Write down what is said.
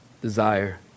desire